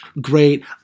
great